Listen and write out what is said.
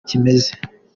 kimeze